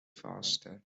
faster